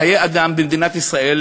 חיי אדם במדינת ישראל,